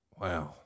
Wow